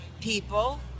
People